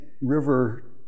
river